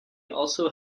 also